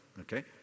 Okay